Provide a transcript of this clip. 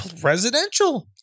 presidential